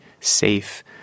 safe